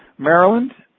maryland,